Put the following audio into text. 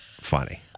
funny